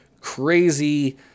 crazy